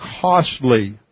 costly